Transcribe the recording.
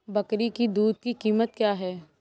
बकरी की दूध की कीमत क्या है?